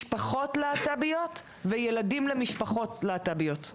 משפחות להט"ביות וילדים למשפחות להט"ביות.